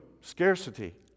Scarcity